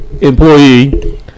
employee